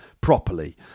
properly